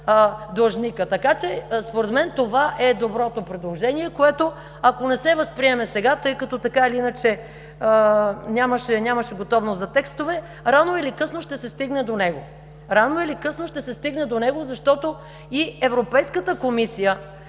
длъжника. Така че, според мен това е доброто предложение, което ако не се възприеме сега, тъй като така или иначе нямаше готовност за текстове, рано или късно ще се стигне до него. Рано или късно ще се стигне до него, защото и Европейската комисия